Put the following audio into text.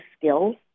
skills